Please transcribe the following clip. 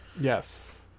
Yes